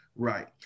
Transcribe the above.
Right